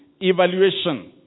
evaluation